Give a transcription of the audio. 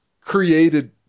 created